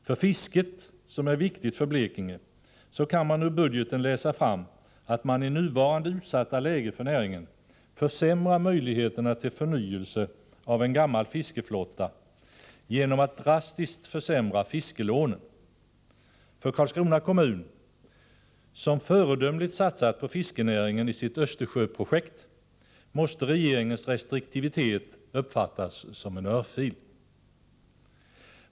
För fisket, som är viktigt för Blekinge, kan man ur budgeten läsa fram att man i nuvarande utsatta läge för näringen minskar möjligheterna till förnyelse av en gammal fiskeflotta genom att drastiskt försämra fiskelånen. För Karlskrona kommun — som föredömligt satsat på fiskerinäringen i sitt Östersjöprojekt— måste regeringens restriktivitet uppfattas som en örfil.